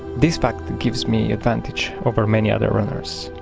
this fact gives me advantage over many other runners.